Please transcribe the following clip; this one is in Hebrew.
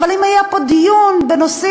אבל אם היה פה דיון בנושאים,